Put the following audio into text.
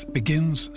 begins